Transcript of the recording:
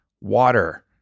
water